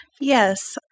Yes